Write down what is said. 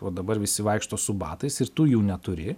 o dabar visi vaikšto su batais ir tu jų neturi